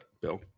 Bill